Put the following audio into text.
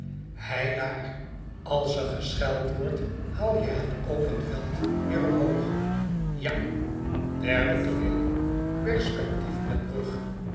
heidaar als er gescheld wordt haal je het open veld weeromhoog ja derde tooneel perspectief met brug